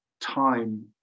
time